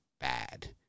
bad